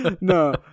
No